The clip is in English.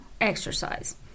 exercise